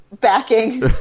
backing